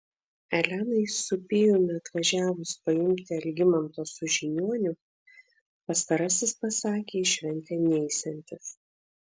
elenai su pijumi atvažiavus paimti algimanto su žiniuoniu pastarasis pasakė į šventę neisiantis